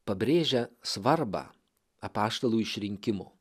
pabrėžia svarbą apaštalų išrinkimo